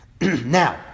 Now